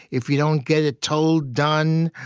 if you don't get it told, done,